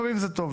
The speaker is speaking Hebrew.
לעיתים זה טוב,